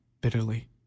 bitterly